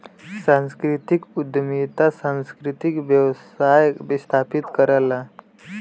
सांस्कृतिक उद्यमिता सांस्कृतिक व्यवसाय स्थापित करला